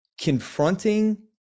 confronting